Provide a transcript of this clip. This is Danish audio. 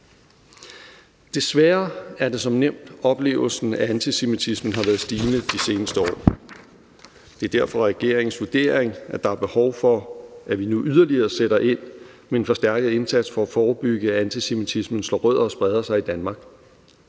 Desværre er det som nævnt oplevelsen, at antisemitismen har været stigende i de seneste år. Det er derfor regeringens vurdering, at der er behov for, at vi nu yderligere sætter ind med en forstærket indsats for at forebygge, at antisemitismen slår rødder og spreder sig i Danmark.